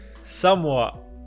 Somewhat